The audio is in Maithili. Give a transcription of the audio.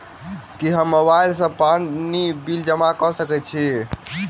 की हम मोबाइल सँ पानि बिल जमा कऽ सकैत छी?